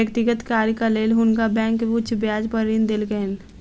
व्यक्तिगत कार्यक लेल हुनका बैंक उच्च ब्याज पर ऋण देलकैन